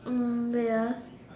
um wait ah